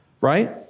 right